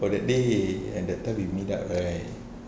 oo that day and that time we meet up right